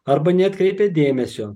arba neatkreipia dėmesio